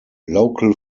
local